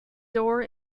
door